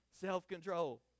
Self-control